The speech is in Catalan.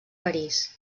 parís